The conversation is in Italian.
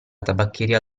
tabacchiera